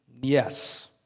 Yes